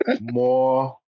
more